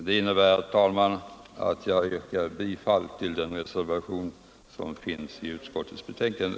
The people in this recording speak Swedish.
Det innebär, herr talman, att jag yrkar bifall till den reservation som fogats till utskottets betänkande.